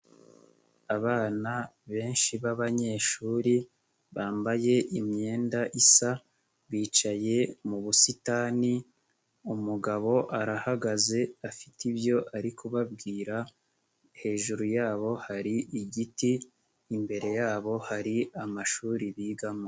Abana benshi b'abanyeshuri, bambaye imyenda isa, bicaye mu busitani, umugabo arahagaze afite ibyo ari kubabwira, hejuru yabo hari igiti, imbere yabo hari amashuri bigamo.